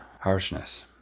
harshness